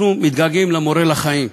אנחנו מתגעגעים למורה לחיים,